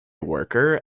worker